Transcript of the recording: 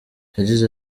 yagize